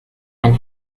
and